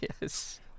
Yes